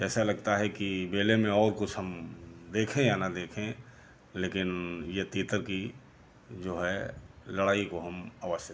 ऐसा लगता है कि मेले में और कुछ हम देखे या न देखे लेकिन ये तीतर की जो है लड़ाई को हम अवश्य देखें